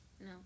no